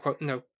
no